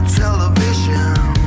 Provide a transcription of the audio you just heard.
television